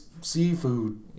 seafood